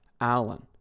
Allen